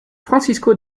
francisco